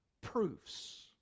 Proofs